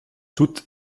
toutes